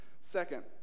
Second